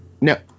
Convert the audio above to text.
No